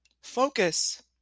Focus